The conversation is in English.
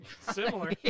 Similar